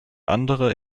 andere